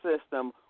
system